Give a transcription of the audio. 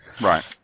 Right